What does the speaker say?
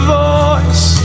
voice